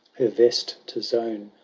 her vest to zone,